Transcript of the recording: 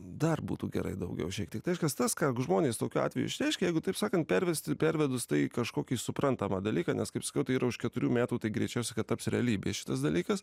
dar būtų gerai daugiau šiek tiek reiškias tas ką žmonės tokiu atveju išreiškia jeigu taip sakant pervesti pervedus tai kažkokį suprantamą dalyką nes kaip sakiau tai yra už keturių metų tai greičiausiai taps realybe šitas dalykas